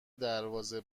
دربازه